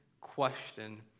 question